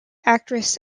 actress